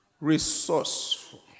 resourceful